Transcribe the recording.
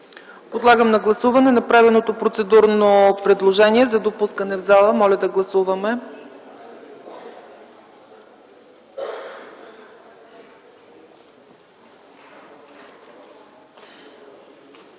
Подлагам на гласуване направеното процедурно предложение за допускане в залата. Моля да гласуваме.